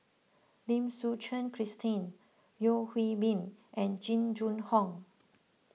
Lim Suchen Christine Yeo Hwee Bin and Jing Jun Hong